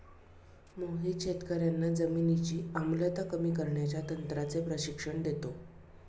मोहित शेतकर्यांना जमिनीची आम्लता कमी करण्याच्या तंत्राचे प्रशिक्षण देतो